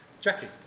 Jackie